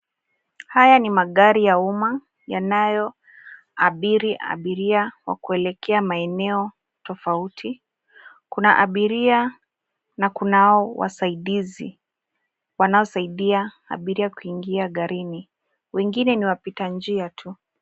Haya ni magari ya umma yanayoabiri abiria wa kuelekea maeneo tofauti. Kuna abiria na kunao wasaidizi wanaosaidia abiria kuingia garini. Wengine ni wapita njia tu.